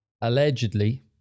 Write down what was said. allegedly